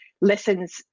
lessons